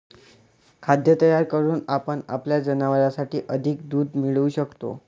खाद्य तयार करून आपण आपल्या जनावरांसाठी अधिक दूध मिळवू शकतो